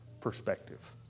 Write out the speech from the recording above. perspective